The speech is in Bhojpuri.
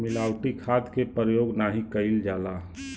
मिलावटी खाद के परयोग नाही कईल जाला